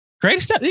Greatest